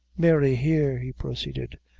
mary, here, he proceeded,